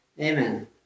amen